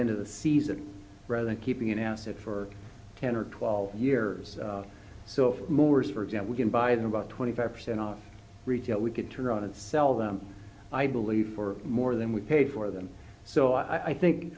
end of the season rather than keeping an asset for ten or twelve years so for example going by them about twenty five percent off retail we could turn around and sell them i believe for more than we paid for them so i think